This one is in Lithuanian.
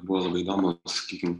buvo labai įdomu sakykim